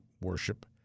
worship